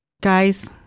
guys